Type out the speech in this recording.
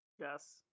Yes